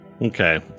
Okay